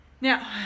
Now